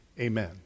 amen